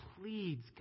pleads